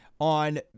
on